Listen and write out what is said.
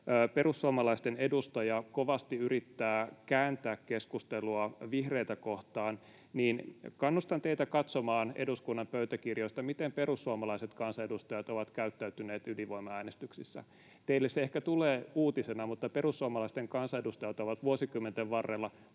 perussuomalaisten edustaja kovasti yrittää kääntää keskustelua vihreitä kohtaan, niin kannustan teitä katsomaan eduskunnan pöytäkirjoista, miten perussuomalaiset kansanedustajat ovat käyttäytyneet ydinvoimaäänestyksissä. Teille se ehkä tulee uutisena, mutta perussuomalaisten kansanedustajat ovat vuosikymmenten varrella